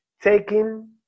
taking